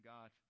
God